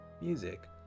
Music